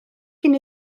cyn